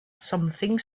something